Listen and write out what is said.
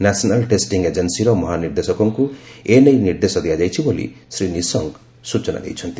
national testing ଏଜେନ୍ନୀର ମହାନିର୍ଦ୍ଦେଶକଙ୍କୁ ଏ ନେଇ ନିର୍ଦ୍ଦେଶ ଦିଆଯାଇଛି ବୋଲି ଶ୍ରୀ ନିଶଙ୍କ ସୂଚନା ଦେଇଛନ୍ତି